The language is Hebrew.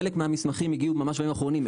חלק מהמסמכים הגיעו ממש בימים האחרונים,